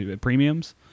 premiums